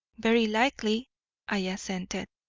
very likely i assented,